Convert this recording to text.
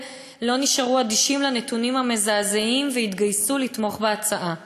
לא נשארו אדישים לנתונים המזעזעים והתגייסו לתמוך בהצעה.